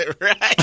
Right